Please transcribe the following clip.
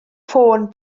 ffôn